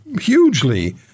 hugely